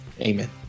Amen